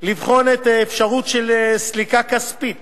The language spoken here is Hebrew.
לבחון את האפשרות לסליקה כספית